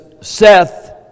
Seth